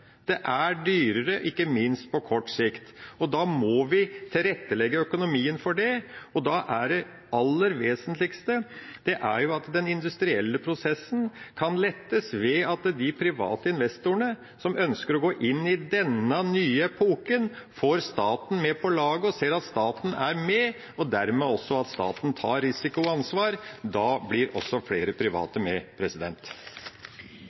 det er dyrere. Det er dyrere ikke minst på kort sikt. Da må vi tilrettelegge økonomien for det, og det aller vesentligste da er at den industrielle prosessen kan lettes ved at de private investorene som ønsker å gå inn i denne nye epoken, får staten med på laget og ser at staten er med, og dermed også at staten tar risiko og ansvar. Da blir også flere private med.